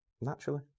naturally